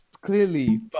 clearly